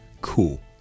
Cool